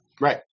Right